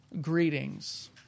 Greetings